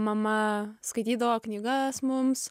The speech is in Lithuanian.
mama skaitydavo knygas mums